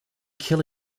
kill